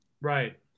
Right